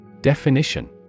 Definition